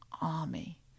army